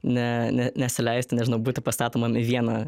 ne ne nesileisti ne būti pastatomam į vieną